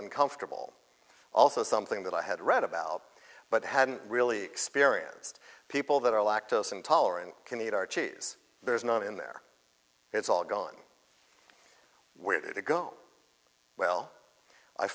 uncomfortable also something that i had read about but hadn't really experienced people that are lactose intolerant can eat our cheese there's none in there it's all gone where to go well i